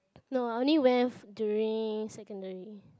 no I only went during secondary